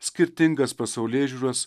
skirtingas pasaulėžiūras